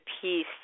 peace